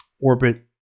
orbit